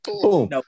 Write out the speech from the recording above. Boom